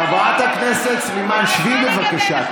חברת הכנסת סלימאן, שבי, בבקשה.